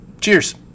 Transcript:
Cheers